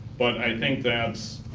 but i think that's